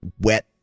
wet